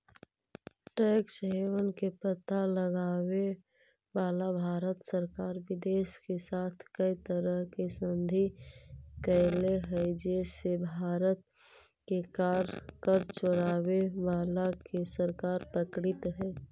tax haven के पता लगावेला भारत सरकार विदेश के साथ कै तरह के संधि कैले हई जे से भारत के कर चोरावे वालन के सरकार पकड़ित हई